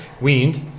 Weaned